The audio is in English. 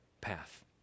path